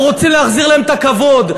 אנחנו רוצים להחזיר להם את הכבוד.